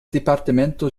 departamento